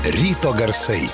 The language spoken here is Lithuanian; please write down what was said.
ryto garsai